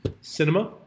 cinema